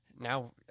now